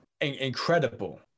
Incredible